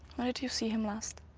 when did you see him last?